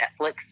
Netflix